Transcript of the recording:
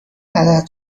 عدد